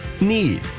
need